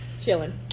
Chilling